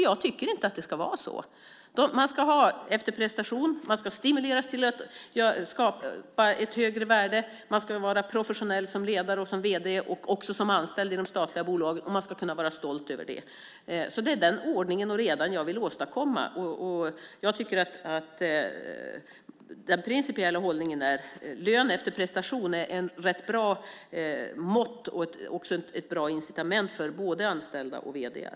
Jag tycker inte att det ska vara så. Man ska ha efter prestation. Man ska stimuleras till att skapa ett högre värde. Man ska vara professionell som ledare och som vd, också som anställd i de statliga bolagen. Och man ska kunna vara stolt över det. Det är denna ordning och reda jag vill åstadkomma. Lön efter prestation är ett bra mått och också ett bra incitament för både anställda och vd:ar.